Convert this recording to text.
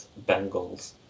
Bengals